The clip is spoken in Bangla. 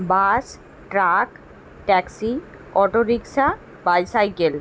bus truck taxi auto rickshaw bicycle